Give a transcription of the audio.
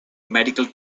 medical